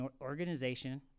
organization